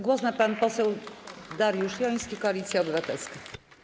Głos ma pan poseł Dariusz Joński, Koalicja Obywatelska.